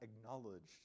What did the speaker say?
acknowledged